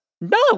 No